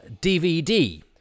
DVD